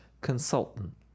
consultant